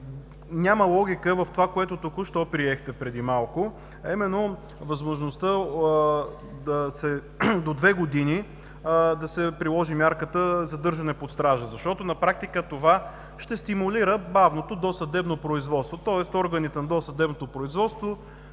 няма логика в това, което приехте току- що преди малко, а именно възможността до две години да се приложи мярката задържане под стража. На практика това ще стимулира бавното досъдебно производство, тоест органите на досъдебното производство,